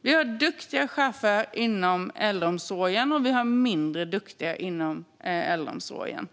Vi har duktiga chefer inom äldreomsorgen, och vi har mindre duktiga chefer inom äldreomsorgen.